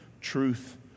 truth